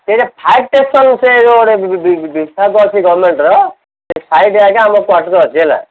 ସେ fire station ସେଟା ବିସାଦ ଅଛି ଗର୍ମେଣ୍ଟର ସେ ସାଇଡ଼୍ ଏକା ଆମ କ୍ଵାଟର୍ ଅଛି ହେଲା